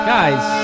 Guys